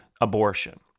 abortion